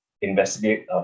investigate